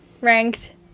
ranked